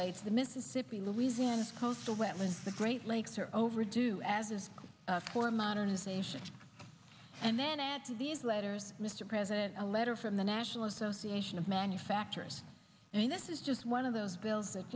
lates the mississippi louisiana coastal wetlands the great lakes are overdue as is for modernization and then after these letters mr president a letter from the national association of manufacturers and this is just one of those bills that